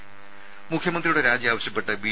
രുദ മുഖ്യമന്ത്രിയുടെ രാജി ആവശ്യപ്പെട്ട് ബി